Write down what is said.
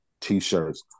T-shirts